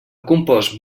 compost